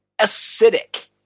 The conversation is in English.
acidic